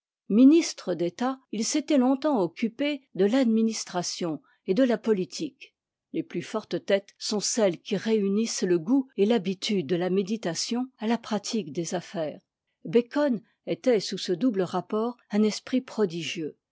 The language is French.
ministre d'état il s'était longtemps occupé de l'administration et de la politique les plus fortes têtes sont celles qui réunissent le goût et l'habitude de la méditation à la pratique des affaires bacon était sous ce double rapport un esprit prodigieux